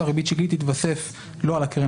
היא תתוסף לא על הקרן